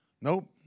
Nope